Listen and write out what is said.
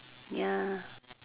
ya